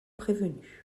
prévenus